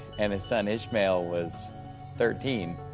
and his son ishmael was thirteen,